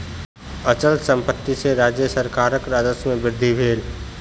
अचल संपत्ति सॅ राज्य सरकारक राजस्व में वृद्धि भेल